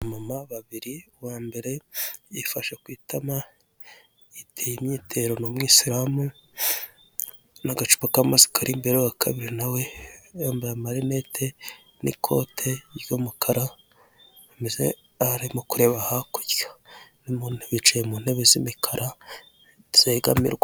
Aba mama babiri, uwa mbere yifashe ku itama, yiteye imyitero ni umwisiramu, n'agacupa k'amasi kari imbere ya ho wa kabiri nawe, yambaye amarinete n'ikote ry'umukara, ameze nk'arimo kureba hakurya, n'umuntu wicaye mu ntebe z'imikara zegamirwa.